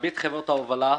- מרבית חברות ההובלה,